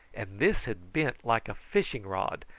and this had bent like a fishing-rod,